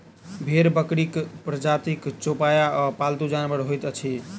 भेंड़ बकरीक प्रजातिक चौपाया आ पालतू जानवर होइत अछि